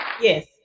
yes